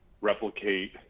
replicate